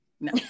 no